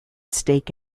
stake